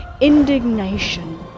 indignation